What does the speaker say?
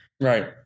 right